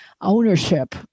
ownership